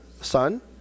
Son